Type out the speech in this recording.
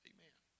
Amen